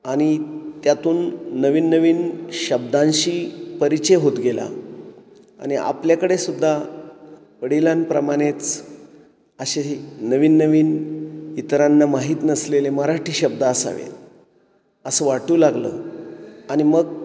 आणि त्यातून नवीन नवीन शब्दांशी परिचय होत गेला आणि आपल्याकडे सुद्धा वडिलांप्रमाणेच असे नवीन नवीन इतरांना माहीत नसलेले मराठी शब्द असावेेत असं वाटू लागलं आणि मग